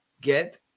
Get